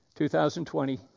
2020